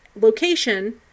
location